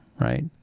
right